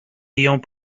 ayant